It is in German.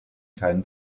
keinen